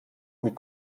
mit